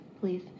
please